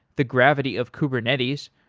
the gravity of kubernetes.